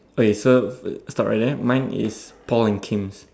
okay so story then mine is Paul and Kims